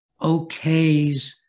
okays